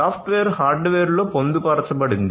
software హార్డ్వేర్లో పొందుపరచబడింది